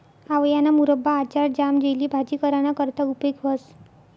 आवयाना मुरब्बा, आचार, ज्याम, जेली, भाजी कराना करता उपेग व्हस